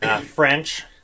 French